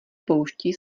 poušti